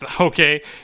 okay